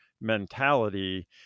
mentality